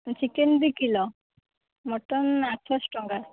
chicken ଦୁଇ kilo mutton ଆଠଶହ ଟଙ୍କା